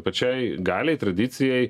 pačiai galiai tradicijai